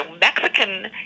Mexican